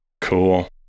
Cool